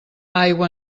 aigua